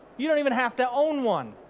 you don't even have to own one.